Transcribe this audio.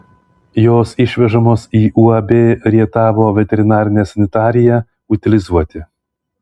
jos išvežamos į uab rietavo veterinarinę sanitariją utilizuoti